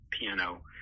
piano